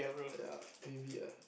ya maybe ah